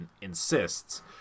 insists